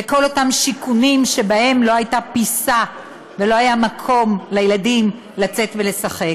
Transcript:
וכל אותם שיכונים שבהם לא הייתה פיסה ולא היה מקום לילדים לצאת ולשחק.